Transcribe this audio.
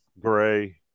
gray